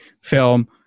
film